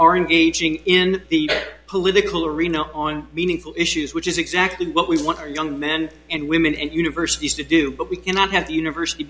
are engaging in the political arena on meaningful issues which is exactly what we want our young men and women and universities to do but we cannot have the university